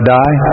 die